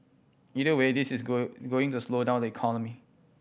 either way this is go going to slow down the economy